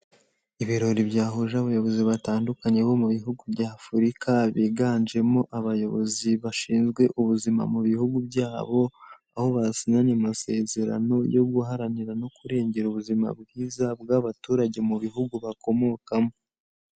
Ibirori byahuje abayobozi batandukanye bo mu bihugu by'Afurika, biganjemo abayobozi bashinzwe ubuzima mu bihugu byabo aho basinyanye amasezerano yo guharanira no kurengera ubuzima bwiza bw'abaturage mu bihugu bakomokamo.